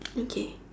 okay